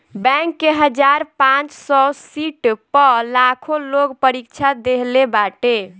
bank के हजार पांच सौ सीट पअ लाखो लोग परीक्षा देहले बाटे